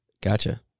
Gotcha